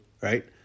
right